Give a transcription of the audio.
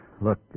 Look